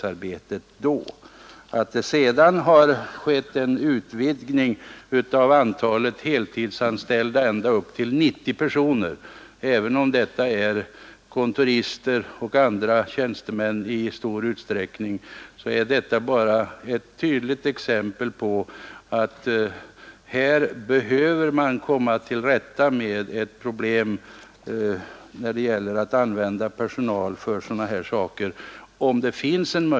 Att det sedan har skett en ökning av antalet heltidsanställda ända upp till 90 personer, även om det i stor utsträckning rör sig om kontorister och andra tjänstemän, är bara ett tydligt exempel på att här finns ett problem att bemästra.